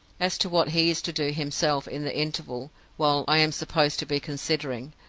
as to what he is to do himself in the interval while i am supposed to be considering,